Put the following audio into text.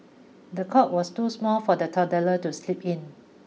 the cot was too small for the toddler to sleep in